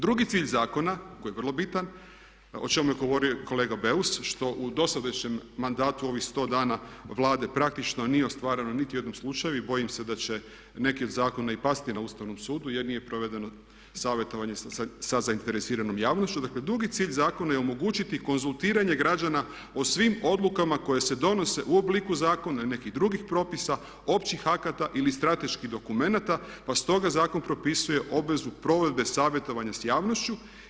Drugi cilj zakona, koji je vrlo bitan, o čemu je govorio i kolega Beus što u dosadašnjem mandatu u ovih 100 dana Vlade praktično nije ostvareno niti u jednom slučaju i bojim se da će neki od zakona i pasti na Ustavnom sudu jer nije provedeno savjetovanje sa zainteresiranom javnošću, dakle drugi cilj zakona je omogućiti konzultiranje građana o svim odlukama koje se donose u obliku zakona i nekih drugih propisa, općih akata ili strateških dokumenata pa stoga zakon propisuje obvezu provedbe savjetovanja s javnošću.